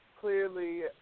clearly